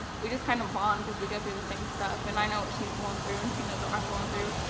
we just kind of bond cause we go through the same stuff, and i know what she's going through, and she knows what i'm going through,